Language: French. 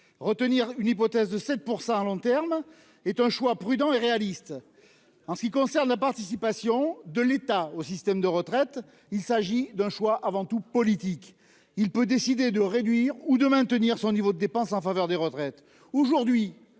retenir une hypothèse de 7%, à long terme est un choix prudent et réaliste. En ce qui concerne la participation de l'État au système de retraite. Il s'agit d'un choix avant tout politiques, il peut décider de réduire ou de maintenir son niveau de dépenses en faveur des retraites